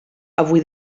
avui